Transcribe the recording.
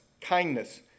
kindness